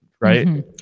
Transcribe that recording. Right